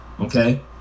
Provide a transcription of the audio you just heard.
Okay